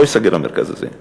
לא ייסגר המרכז הזה.